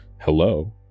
Hello